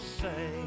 say